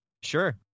Sure